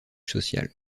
social